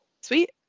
Sweet